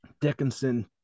Dickinson